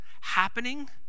happening